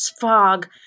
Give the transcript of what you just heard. fog